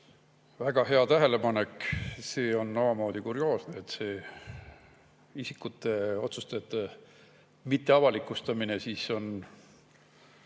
Väga hea tähelepanek! See on omamoodi kurioosne, et see isikute, otsustajate mitteavalikustamine on